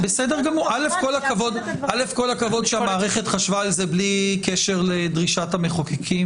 כל הכבוד שהמערכת חשבה על זה בלי קשר לדרישת המחוקקים.